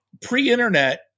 pre-internet